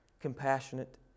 compassionate